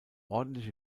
ordentliche